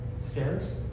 stairs